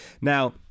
Now